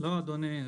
לא, אדוני.